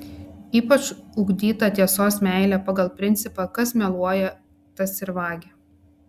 ypač ugdyta tiesos meilė pagal principą kas meluoja tas ir vagia